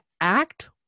act